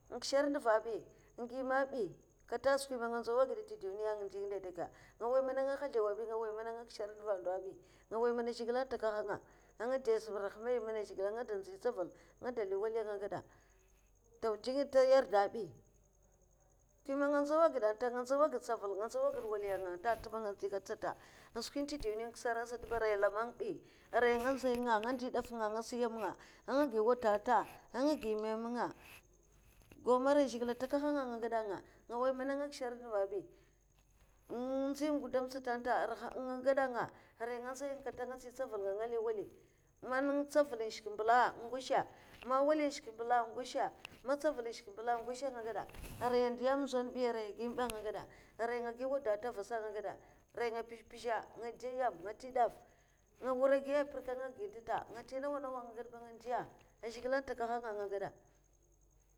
N'kishar nduva bi n'gi mè abi, kata a skwi man nga ndzawa agidè tè duniya anga di ngide kye'kya nga mana nga nhaslawa bi nga mwoya mana anga nkisar nduva ndo bi nga woy mana zhigile n'takahanga, anga dè sum rahama mana zhigilè, anga de nziya ntsaval anga de li wali anga gada to jli nta ta nyarda bi skwi man nga nzau gide nta nga nzau agedda ntsavan nga nzau agide nwali nta nga nenta ba nga nzyi kat'sata ai skwin nta duniya an kisara sata arai nga lamanga bi, arai nga nzay nga, ngandi daf nga anga siy nyam nga, anga gi wadata anga gi meme nga, gau mana zhigile arai ka n'takahanga anga gada nga nga noy mana anga nkisar nduva bi an nzyi gudam sata nta araha anga gada nga ara nga nzay kata anga nsti ntsaval nga anga li wali nga, man ntsavala'n shke mbula'a ngosha man wali n'shka mbula ngosha ngosha ana gada aran an ndiya nzaun bi aran gim me bi anga gada aran nga gi wadata avasa anga gada arai nga mpez'mpeza nga de nyam nga nte daf, anga wurè gi a pirèk anga gi ntenta nga nti nawa nawa anga gada ba anga ndiya ah zhigile n'takahanga anga gada.